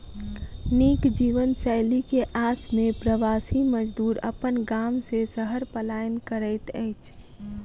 नीक जीवनशैली के आस में प्रवासी मजदूर अपन गाम से शहर पलायन करैत अछि